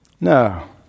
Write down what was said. No